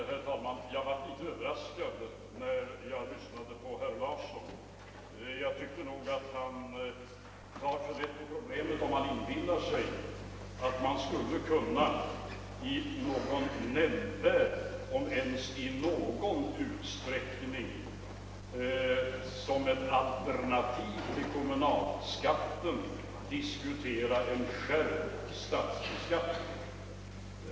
Herr talman! Jag blev en smula överraskad när jag lyssnade på herr Larsson i Umeå. Jag tycker att herr Larsson tar litet för lätt på problemet, om han inbillar sig att man i nämnvärd eller ens i någon utsträckning som ett alternativ till kommunalskatten skulle kunna diskutera en skärpt statsbeskattning.